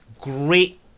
great